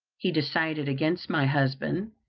he decided against my husband,